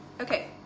okay